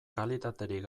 kalitaterik